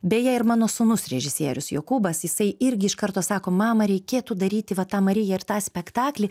beje ir mano sūnus režisierius jokūbas jisai irgi iš karto sako mama reikėtų daryti va tą mariją ir tą spektaklį